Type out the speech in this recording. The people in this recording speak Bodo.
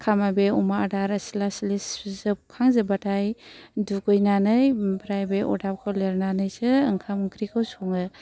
बे अमा आदार सिला सिलि सिबजोब खांजोबबाथाय दुगैनानै ओमफ्राय बे अरदाबखौ लेरनानैसो ओंखाम ओंख्रिखौ सङो